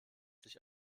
sich